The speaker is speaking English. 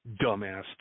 dumbass